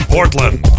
Portland